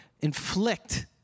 inflict